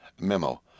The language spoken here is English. Memo